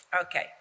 okay